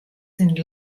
sind